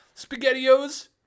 spaghettios